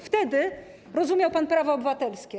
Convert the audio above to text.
Wtedy rozumiał pan prawa obywatelskie.